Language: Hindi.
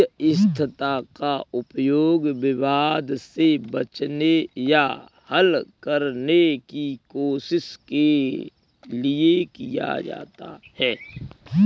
मध्यस्थता का उपयोग विवाद से बचने या हल करने की कोशिश के लिए किया जाता हैं